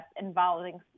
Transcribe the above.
involving